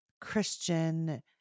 Christian